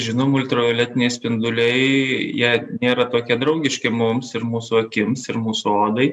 žinom ultravioletiniai spinduliai jie nėra tokie draugiški mums ir mūsų akims ir mūsų odai